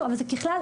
זה ככלל.